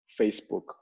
Facebook